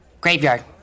Graveyard